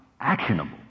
actionable